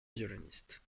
violoniste